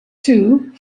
two